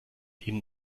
ihnen